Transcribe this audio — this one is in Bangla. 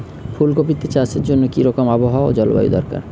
ফুল কপিতে চাষের জন্য কি রকম আবহাওয়া ও জলবায়ু দরকার?